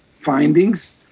findings